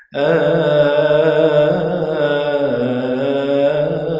a